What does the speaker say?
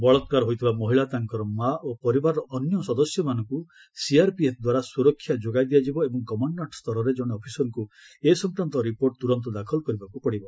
ବଳାକାର ହୋଇଥିବା ମହିଳା ତାଙ୍କର ମା' ଓ ପରିବାରର ଅନ୍ୟ ସଦସ୍ୟମାନଙ୍କୁ ସିଆର୍ପିଏଫ୍ଦ୍ୱାରା ସୁରକ୍ଷା ଯୋଗାଇ ଦିଆଯିବ ଏବଂ କମାଶ୍ଡାଣ୍ଟ ସ୍ତରର ଜଣେ ଅଫିସରଙ୍କୁ ଏ ସଂକ୍ରାନ୍ତ ରିପୋର୍ଟ ତୁରନ୍ତ ଦାଖଲ କରିବାକୁ ପଡ଼ିବ